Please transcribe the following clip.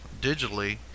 digitally